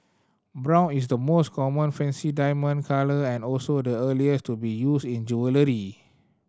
brown is the most common fancy diamond colour and also the earliest to be used in jewellery